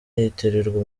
yitirirwa